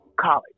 college